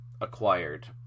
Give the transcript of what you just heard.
acquired